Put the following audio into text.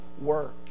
work